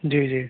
जी जी